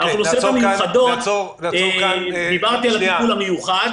האוכלוסיות המיוחדות דיברתי על הטיפול המיוחד,